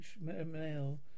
male